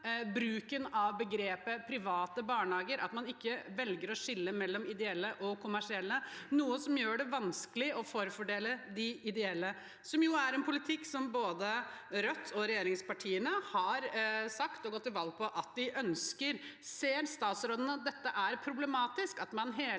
bruken av begrepet «private barnehager», at man velger ikke å skille mellom ideelle og kommersielle, noe som gjør det vanskelig å forfordele de ideelle, som jo er en politikk både Rødt og regjeringspartiene har sagt og gått til valg på at de ønsker. Ser statsråden at det er problematisk at man hele tiden